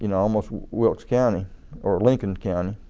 you know almost wilkes county or lincoln county.